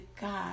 God